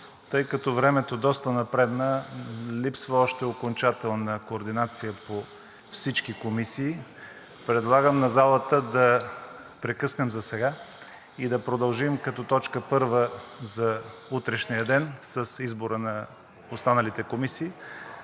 Тъй като времето доста напредна, липсва още окончателна координация по всички комисии, предлагам на залата да прекъснем засега и да продължим като точка първа за утрешния ден с избора на останалите комисии.